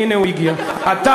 שהיינו,